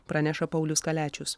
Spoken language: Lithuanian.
praneša paulius kaliačius